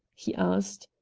he asked.